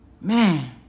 Man